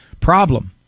problem